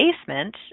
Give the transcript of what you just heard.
basement